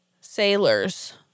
sailors